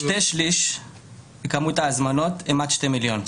שני שליש מכמות ההזמנות הם עד שני מיליון.